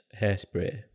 hairspray